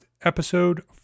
Episode